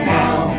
now